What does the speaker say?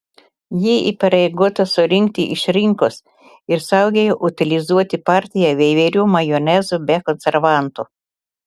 ji įpareigota surinkti iš rinkos ir saugiai utilizuoti partiją veiverių majonezo be konservantų